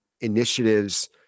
initiatives